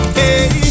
hey